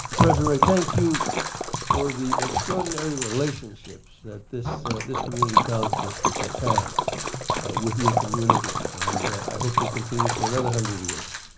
president ray, thank you for the extraordinary relationships that this this community college district has had with your community, and i hope they continue for another one hundred years.